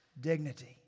dignity